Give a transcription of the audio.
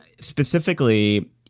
specifically